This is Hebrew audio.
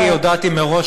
אני הודעתי מראש,